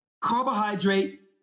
carbohydrate